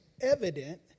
evident